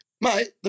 Mate